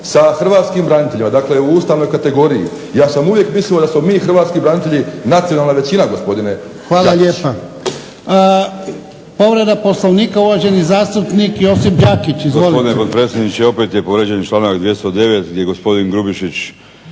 sa hrvatskim braniteljima, dakle u ustavnoj kategoriji ja sam uvijek mislio da smo mi hrvatski branitelji nacionalna većina gospodine Đakiću. **Jarnjak, Ivan (HDZ)** Hvala lijepa. Povreda Poslovnika uvaženi zastupnik Josip Đakić. Izvolite. **Đakić, Josip (HDZ)** Gospodine potpredsjedniče, opet je povrijeđen članak 209. gdje gospodin Grubišić